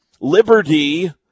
Liberty